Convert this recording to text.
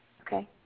Okay